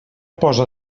posa